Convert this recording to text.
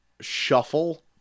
shuffle